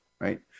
right